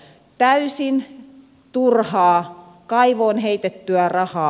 täysin turhaa kaivoon heitettyä rahaa